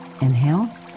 Inhale